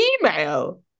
email